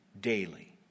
daily